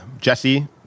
Jesse